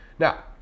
Now